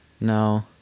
No